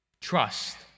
trust